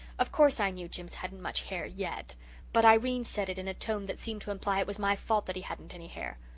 of course, i knew jims hadn't much hair yet but irene said it in a tone that seemed to imply it was my fault that he hadn't any hair.